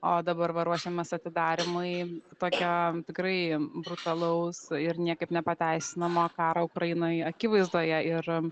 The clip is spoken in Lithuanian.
o dabar va ruošiamės atidarymui tokio tikrai brutalaus ir niekaip nepateisinamo karo ukrainoj akivaizdoje ir